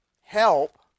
help